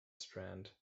strand